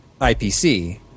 IPC